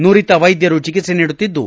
ನುರಿತ ವೈದ್ಯರು ಚಿಕಿತ್ಸೆ ನೀಡುತ್ತಿದ್ದು